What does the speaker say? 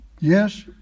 Yes